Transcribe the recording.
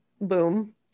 Boom